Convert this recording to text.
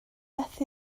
beth